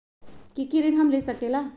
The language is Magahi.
की की ऋण हम ले सकेला?